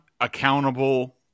accountable